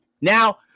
Now